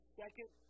second